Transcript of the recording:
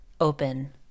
open